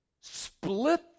split